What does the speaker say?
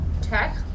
Tech